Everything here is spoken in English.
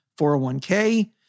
401k